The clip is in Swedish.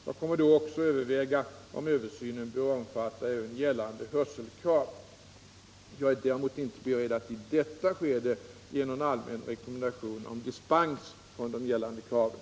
Jag kommer då också att överväga, om översynen bör omfatta även gällande hörselkrav. Jag är däremot inte beredd att i detta skede ge någon allmän rekommendation om dispens från de gällande kraven.